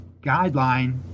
guideline